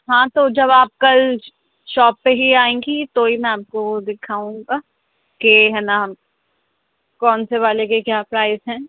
ہاں تو جب آپ کل شاپ پہ ہی آئیں گی تو ہی میں آپ کو دکھاؤں گا کہ ہے نہ ہم کونسے والے کے کیا پرائز ہیں